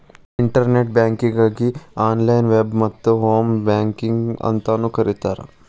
internet ಬ್ಯಾಂಕಿಂಗಗೆ online web ಮತ್ತ home banking ಅಂತಾನೂ ಕರಿತಾರ